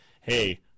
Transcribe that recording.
hey